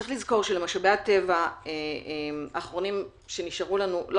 צריך לזכור שלמשאבי הטבע האחרונים שנשארו לנו לא